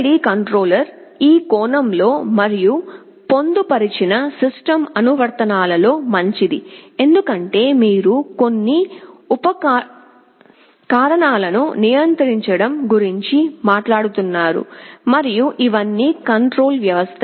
PID controller ఈ కోణంలో మరియు పొందుపరిచిన సిస్టమ్ అనువర్తనాలలో మంచిది ఎందుకంటే మీరు కొన్ని ఉపకరణాలను నియంత్రించడం గురించి మాట్లాడుతున్నారు మరియు ఇవన్నీ కంట్రోల్ వ్యవస్థలు